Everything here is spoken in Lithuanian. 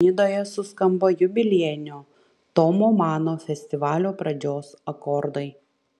nidoje suskambo jubiliejinio tomo mano festivalio pradžios akordai